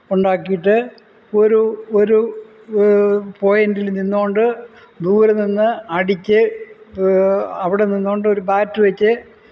ഉണ്ടാക്കിയിട്ട് ഒരു ഒരു പോയിന്റില് നിന്നുകൊണ്ട് ദൂരെ നിന്ന് അടിച്ച് അവിടെ നിന്നുകൊണ്ടൊരു ബാറ്റ് വെച്ച്